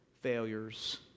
failures